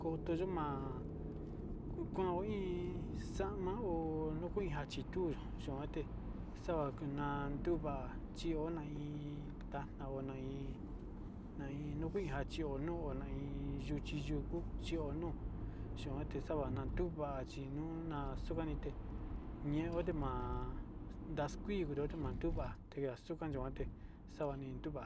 koto yuu ma'a kaon iin xama hó oloko iin chitu xamate xama kunda nduu va' chiona iin chiona iin na iin najinachio, n'o na iin yuchi yuku chon chion tixabana tuva'a chi nona xukanite ñeon tima'a ndaxii kunan tuu ma'a yuan xumate tavanin ndua.